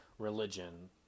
religion